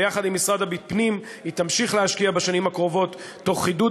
ויחד עם משרד הפנים היא תמשיך להשקיע בשנים הקרובות תוך חידוד